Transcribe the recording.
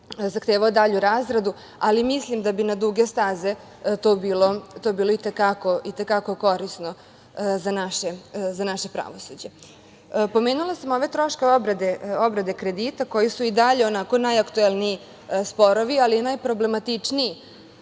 zahtevao dalju razradu, ali mislim da bi na duge staze to bilo i te kako korisno za naše pravosuđe. Pomenula sam ove troškove obrade kredita koji su i dalje onako najaktuelniji sporovi, ali i najproblematičniji,